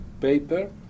paper